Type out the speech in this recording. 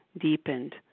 deepened